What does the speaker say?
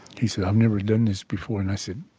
he said, i've never done this before. and i said,